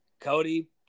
Cody